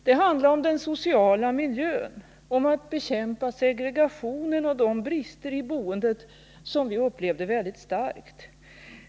Det handlade om den sociala miljön, om att bekämpa segregationen och de brister i boendet som vi upplevde väldigt starkt.